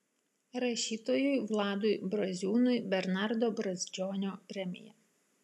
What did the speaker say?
rašytojui vladui braziūnui bernardo brazdžionio premija